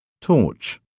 Torch